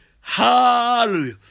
Hallelujah